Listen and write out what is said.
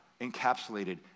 encapsulated